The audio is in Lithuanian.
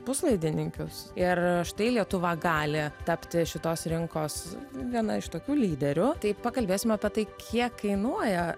puslaidininkius ir štai lietuva gali tapti šitos rinkos viena iš tokių lyderių tai pakalbėsime apie tai kiek kainuoja